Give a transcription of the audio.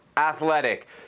athletic